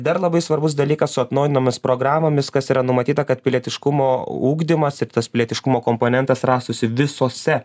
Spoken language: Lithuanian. dar labai svarbus dalykas su atnaujintomis programomis kas yra numatyta kad pilietiškumo ugdymas ir tas pilietiškumo komponentas rastųsi visuose